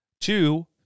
Two